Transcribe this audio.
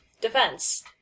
defense